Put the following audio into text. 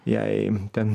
jei ten